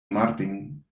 martín